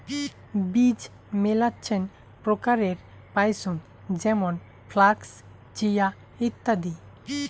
বীজ মেলাছেন প্রকারের পাইচুঙ যেমন ফ্লাক্স, চিয়া, ইত্যাদি